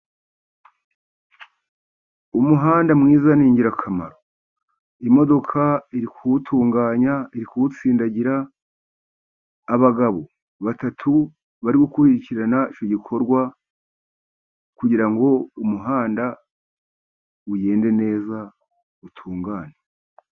Umuhanda mwiza ni ingirakamaro. Imodoka iri kuwutunganya，iri kuwutsindagira，abagabo batatu bari gukurikirana icyo gikorwa， kugira ngo umuhanda ugende neza utungane.